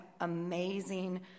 amazing